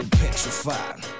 petrified